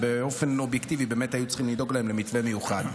באופן אובייקטיבי באמת היו צריכים לדאוג להם למתווה מיוחד.